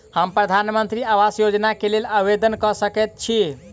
हम प्रधानमंत्री आवास योजना केँ लेल आवेदन कऽ सकैत छी?